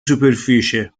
superficie